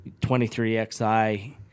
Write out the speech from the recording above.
23xi